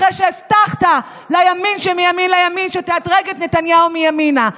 אחרי שהבטחת לימין שמימין לימין שתאתרג את נתניהו מימינה?